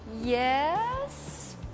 Yes